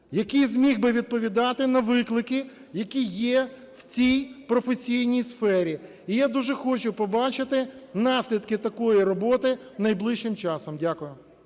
який зміг би відповідати на виклики, які є в цій професійній сфері. І я дуже хочу побачити наслідки такої роботи найближчим часом. Дякую.